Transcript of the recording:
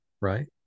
right